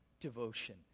devotion